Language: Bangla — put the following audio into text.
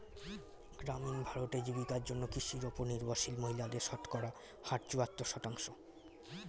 গ্রামীণ ভারতে, জীবিকার জন্য কৃষির উপর নির্ভরশীল মহিলাদের শতকরা হার চুয়াত্তর শতাংশ